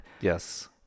yes